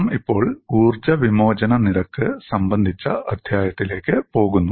നാം ഇപ്പോൾ ഊർജ്ജവിമോചനനിരക്ക് സംബന്ധിച്ച അധ്യായത്തിലേക്ക് പോകുന്നു